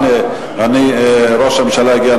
הנה, ראש הממשלה הגיע.